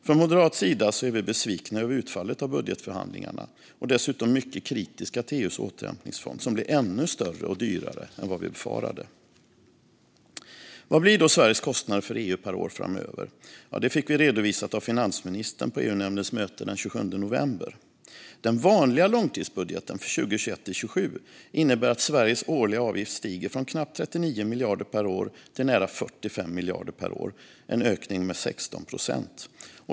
Från moderat sida är vi besvikna över utfallet av budgetförhandlingarna och dessutom mycket kritiska till EU:s återhämtningsfond, som blev ännu större och dyrare än vad vi befarade. Vad blir då Sveriges kostnader för EU per år framöver? Det fick vi redovisat av finansministern på EU-nämndens möte den 27 november. Den vanliga långtidsbudgeten för 2021-2027 innebär att Sveriges årliga avgift stiger från knappt 39 miljarder per år till nära 45 miljarder per år, en ökning med 16 procent.